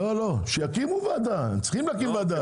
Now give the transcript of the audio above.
לא, לא, שיקימו וועדה, הם צריכים להקים וועדה.